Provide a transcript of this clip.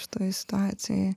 šitoje situacijoj